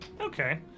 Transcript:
Okay